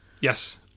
Yes